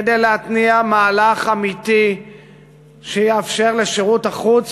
כדי להתניע מהלך אמיתי שיאפשר לשירות החוץ